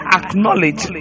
acknowledge